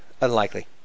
unlikely